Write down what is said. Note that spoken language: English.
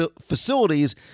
facilities